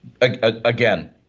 Again